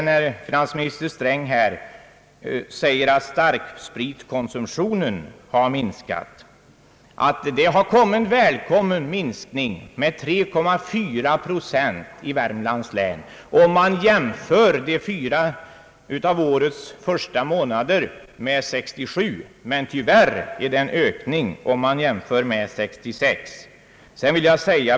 När finansminister Sträng anför att starkspritkonsumtionen har minskat, vill jag säga att det har blivit en väl kommen minskning med 3,4 procent i Värmlands län, om man jämför de fyra första av årets månader med motsvarande tid 1967. Tyvärr är det emellertid en ökning om man jämför med 1966.